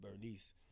Bernice